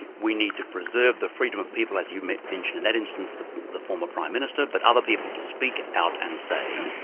we need to preserve the freedom of people as you mentioned, in that instance, the the former prime minister, but other people to speak out and say,